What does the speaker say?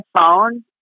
phone